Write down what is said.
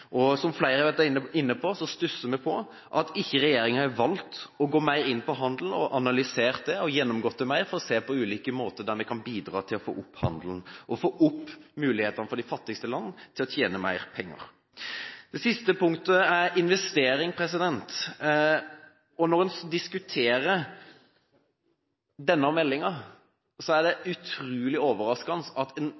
Som flere har vært inn på, stusser vi over at regjeringen ikke har valgt å gå mer inn på handel – analysert det og gjennomgått det mer for å se på ulike måter vi kan bidra til å få opp handelen på, få opp mulighetene for de fattigste landene til å tjene mer penger. Det siste punktet er investering. Når man diskuterer denne meldingen, er det